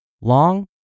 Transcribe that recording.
long